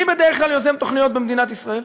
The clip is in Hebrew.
מי בדרך כלל יוזם תוכניות במדינת ישראל?